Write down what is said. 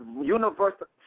universal